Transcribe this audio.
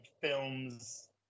films